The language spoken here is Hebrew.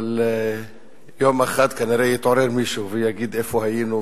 אבל יום אחד כנראה יתעורר מישהו ויגיד: איפה היינו,